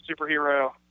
superhero